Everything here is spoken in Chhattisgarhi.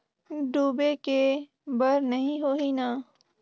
डूबे के बर नहीं होही न?